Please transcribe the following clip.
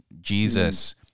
Jesus